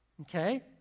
Okay